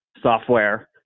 software